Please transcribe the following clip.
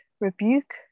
rebuke